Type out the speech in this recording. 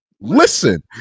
listen